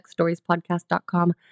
sexstoriespodcast.com